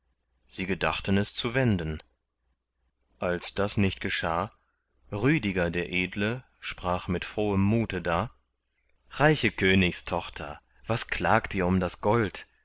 sie gedachten es zu wenden als das nicht geschah rüdiger der edle sprach mit frohem mute da reiche königstochter was klagt ihr um das gold